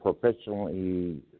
professionally